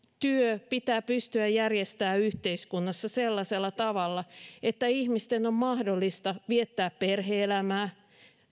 työ pitää pystyä järjestämään yhteiskunnassa sellaisella tavalla että ihmisten on mahdollista viettää perhe elämää